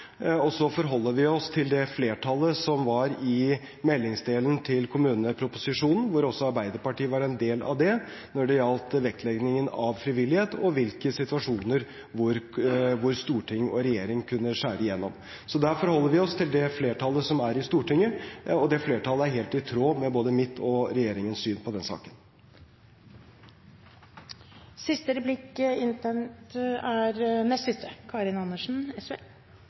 grunn. Så forholder vi oss til det flertallet som var i meldingsdelen til kommuneproposisjonen, som også Arbeiderpartiet var en del av, når det gjaldt vektleggingen av frivillighet, og i hvilke situasjoner storting og regjering kunne skjære igjennom. Vi forholder oss til det flertallet som er i Stortinget, og det flertallet er helt i tråd med både mitt og regjeringens syn på den saken. Neste replikk er fra Karin Andersen